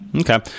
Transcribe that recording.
Okay